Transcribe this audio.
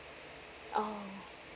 ah